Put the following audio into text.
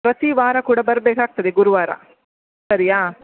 ಪ್ರತೀ ವಾರ ಕೂಡ ಬರ್ಬೇಕಾಗ್ತದೆ ಗುರುವಾರ ಸರಿಯಾ